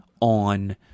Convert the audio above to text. on